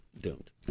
doomed